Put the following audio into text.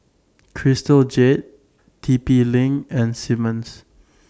Crystal Jade T P LINK and Simmons